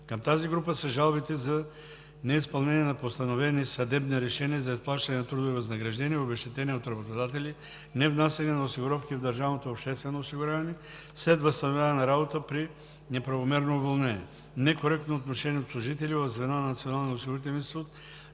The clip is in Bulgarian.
Към тази група са жалбите за: неизпълнения на постановени съдебни решения за изплащане на трудови възнаграждения и обезщетения от работодатели; невнасяне на осигуровки в ДОО след възстановяване на работа при неправомерно уволнение; некоректно отношение от служители в звена на